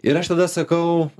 ir aš tada sakau